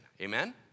amen